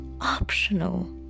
optional